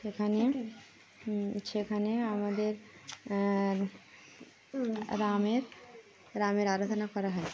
সেখানে সেখানে আমাদের রামের রামের আরাধনা করা হয়